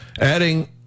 adding